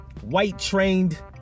white-trained